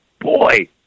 boy